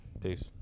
Peace